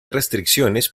restricciones